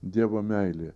dievo meilė